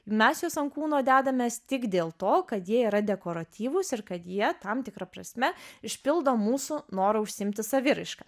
mes juos ant kūno dedamės tik dėl to kad jie yra dekoratyvūs ir kad jie tam tikra prasme išpildo mūsų norą užsiimti saviraiška